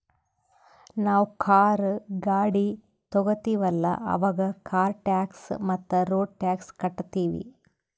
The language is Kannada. ನಾವ್ ಕಾರ್, ಗಾಡಿ ತೊಗೋತೀವಲ್ಲ, ಅವಾಗ್ ಕಾರ್ ಟ್ಯಾಕ್ಸ್ ಮತ್ತ ರೋಡ್ ಟ್ಯಾಕ್ಸ್ ಕಟ್ಟತೀವಿ